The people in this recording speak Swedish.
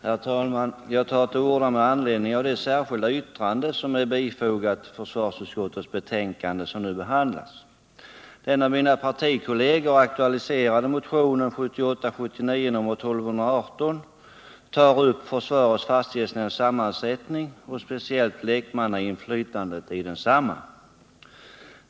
Herr talman! Jag tar till orda med anledning av det särskilda yttrande som är fogat till försvarsutskottets betänkande nr 20. Den av mina partikolleger aktualiserade motionen 1978/79:1218 tar upp frågan om försvarets fastighetsnämnds sammansättning och speciellt lekmannainflytandet i densamma.